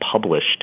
published